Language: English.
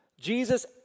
Jesus